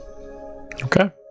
Okay